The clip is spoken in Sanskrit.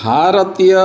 भारतीयः